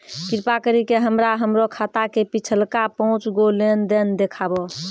कृपा करि के हमरा हमरो खाता के पिछलका पांच गो लेन देन देखाबो